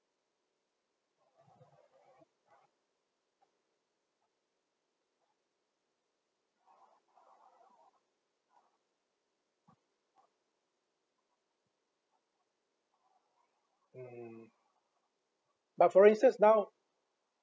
mm but for instance now